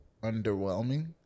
underwhelming